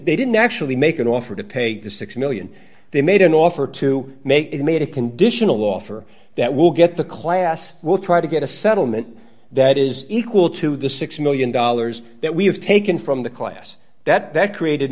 they didn't actually make an offer to pay the six million dollars they made an offer to make made a conditional offer that will get the class will try to get a settlement that is equal to the six million dollars that we have taken from the class that that created